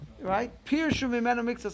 Right